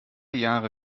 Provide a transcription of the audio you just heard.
jahre